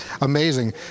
amazing